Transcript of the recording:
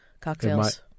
cocktails